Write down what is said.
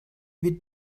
with